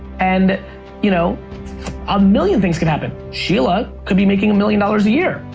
and you know a million things can happen. sheila could be making a million dollars a year.